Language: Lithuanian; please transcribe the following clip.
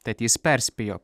tad jis perspėjo